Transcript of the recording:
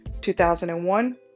2001